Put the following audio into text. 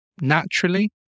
naturally